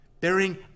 bearing